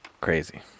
Crazy